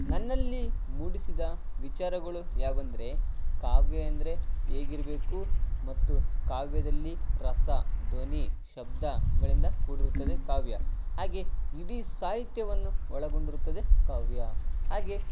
ನನ್ನಲ್ಲಿ ಮೂಡಿಸಿದ ವಿಚಾರಗಳು ಯಾವುವಂದ್ರೆ ಕಾವ್ಯ ಅಂದರೆ ಹೇಗಿರಬೇಕು ಮತ್ತು ಕಾವ್ಯದಲ್ಲಿ ರಸ ಧ್ವನಿ ಶಬ್ದಗಳಿಂದ ಕೂಡಿರುತ್ತದೆ ಕಾವ್ಯ ಹಾಗೇ ಇಡೀ ಸಾಹಿತ್ಯವನ್ನು ಒಳಗೊಂಡಿರುತ್ತದೆ ಕಾವ್ಯ ಹಾಗೇ